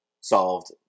solved